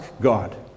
God